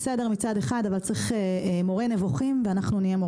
ואנחנו נהיה מורי הנבוכים שלכם בהקשר הזה.